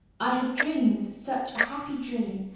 i had dreamed such a happy dream,